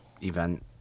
event